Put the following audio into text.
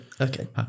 Okay